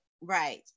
Right